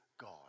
God